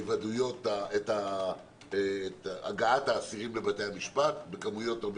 את הגעת האסירים לבתי-המשפט בכמויות הרבה